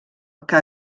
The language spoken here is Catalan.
que